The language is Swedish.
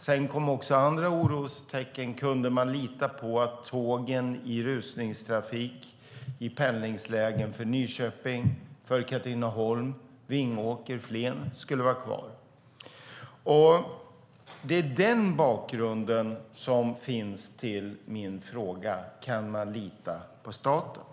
Sedan fanns andra orostecken: Kunde man lita på att tågen i rusningstrafik, i pendlingslägen för Nyköping, Katrineholm, Vingåker och Flen, skulle vara kvar? Det här är bakgrunden till min fråga: Kan man lita på staten?